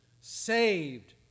Saved